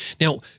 Now